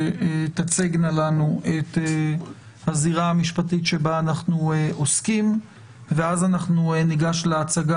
שתצגנה לנו את הזירה המשפטית בה אנחנו עוסקים ואז ניגש להצגה,